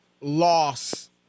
loss